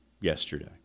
yesterday